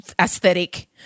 aesthetic